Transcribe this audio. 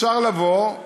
אפשר לבוא ולהגיד: